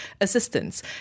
assistance